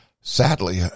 sadly